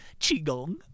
qigong